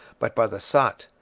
but by the saat,